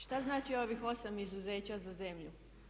Šta znači ovih 8 izuzeća za zemlju?